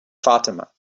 fatima